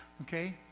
Okay